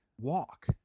walk